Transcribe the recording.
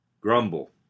Grumble